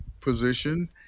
position